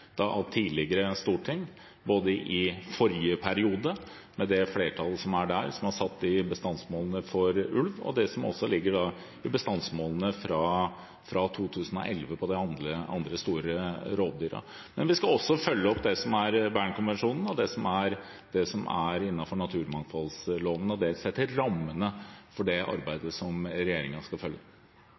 av tidligere storting, både i forrige periode, med det flertallet som var da, som har satt bestandsmålene for ulv, og det som ligger i bestandsmålene fra 2011 for de andre store rovdyrene. Men vi skal også følge opp Bernkonvensjonen og det som er innenfor naturmangfoldloven, og det setter rammene for det arbeidet som regjeringen skal følge